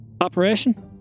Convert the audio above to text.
operation